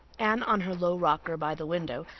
anne on her low rocker by the window,